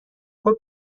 خوب